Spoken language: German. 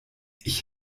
ich